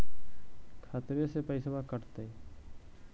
खतबे से पैसबा कटतय?